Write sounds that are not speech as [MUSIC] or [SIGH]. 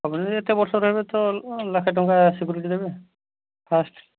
[UNINTELLIGIBLE] ଯେତେ ବର୍ଷେ ରହିବେ ତ ଲକ୍ଷେ ଟଙ୍କା ସିକ୍ୟୁରିଟି ଦେବେ ଫାଷ୍ଟ୍